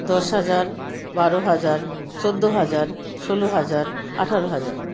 দশ হাজার বারো হাজার চোদ্দ হাজার ষোলো হাজার আঠেরো হাজার